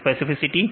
specificity